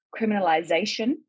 criminalization